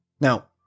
Now